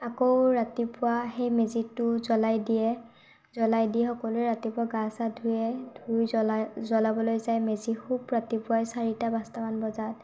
আকৌ ৰাতিপুৱা সেই মেজিটো জ্বলাই দিয়ে জ্বলাই দি সকলোৱে ৰাতিপুৱা গা চা ধোৱে ধুই জ্বলায় জ্বলাবলৈ যায় মেজি খুব ৰাতিপুৱাই চাৰিটা পাঁচটা মান বজাত